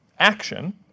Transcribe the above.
Action